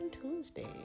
Tuesday